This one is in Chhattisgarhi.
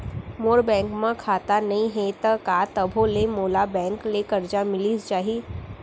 मोर बैंक म खाता नई हे त का तभो ले मोला बैंक ले करजा मिलिस जाही?